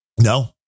No